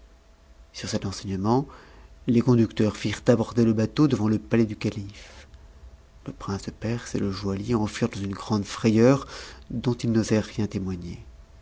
sur cet enseignement les conducteurs firent aborder le bateau devant le palais du calife le prince de perse et le joaillier en furent dans une grande frayeur dont ils n'osèrent rien témoigner